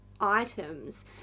items